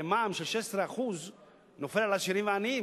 הרי מע"מ של 16% נופל על עשירים ועניים.